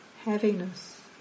heaviness